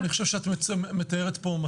אני חושב שאת מתארת פה מצב אמיתי.